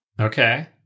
Okay